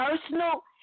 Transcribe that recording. personal